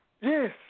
yes